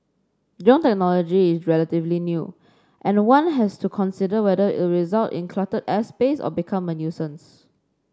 drone technology is relatively new and one has to consider whether it'll result in cluttered airspace or become a nuisance